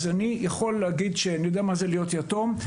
אז אני יכול להגיד שאני יודע מה זה להיות יתום,